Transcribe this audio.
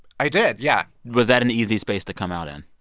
i did, yeah was that an easy space to come out in?